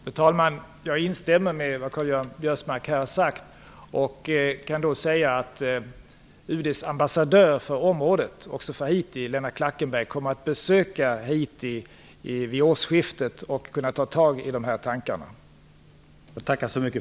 Fru talman! Jag instämmer med vad Karl-Göran Biörsmark här har sagt. UD:s ambassadör för området samt också för Haiti, Lennart Klackenberg, kommer att besöka Haiti vid årsskiftet och skall då kunna ta upp dessa tankar.